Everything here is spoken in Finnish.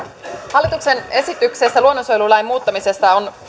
hallituksen esityksessä luonnonsuojelulain muuttamisesta on